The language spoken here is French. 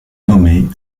nommé